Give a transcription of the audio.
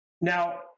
Now